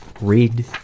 read